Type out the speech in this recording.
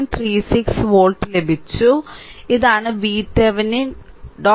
36 volt ലഭിച്ചു ഇതാണ് VThevenin